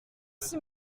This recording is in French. six